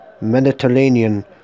Mediterranean